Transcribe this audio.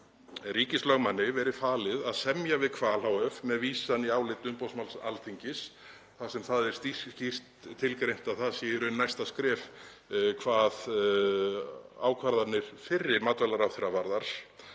ríkislögmanni verið falið að semja við Hval hf. með vísan í álit umboðsmanns Alþingis þar sem er skýrt tilgreint að það sé í raun næsta skref hvað ákvarðanir fyrri matvælaráðherra varðar?